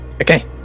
Okay